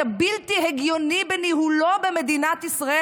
הבלתי-הגיוני בניהולו במדינת ישראל,